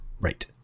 Right